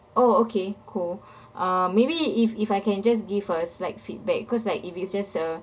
oh okay cool uh maybe if if I can just give uh slight feedback cause like if it's just a